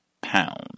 pound